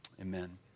Amen